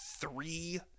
three